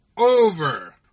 Over